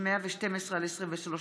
מאת חברי הכנסת ג'אבר עסאקלה,